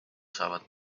saavad